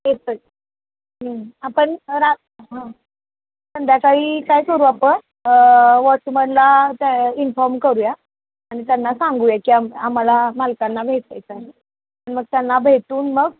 येतो आहे आपण रा हं संध्याकाळी काय करू आपण वॉचमनला त्या इन्फॉर्म करूया आणि त्यांना सांगूया की आम आम्हाला मालकांना भेटायचं आहे मग त्यांना भेटून मग